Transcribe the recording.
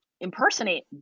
impersonate